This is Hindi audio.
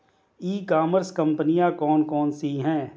ई कॉमर्स कंपनियाँ कौन कौन सी हैं?